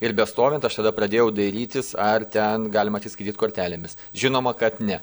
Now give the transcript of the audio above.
ir bestovint aš tada pradėjau dairytis ar ten galima atsiskaityt kortelėmis žinoma kad ne